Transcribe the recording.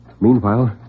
Meanwhile